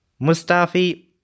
Mustafi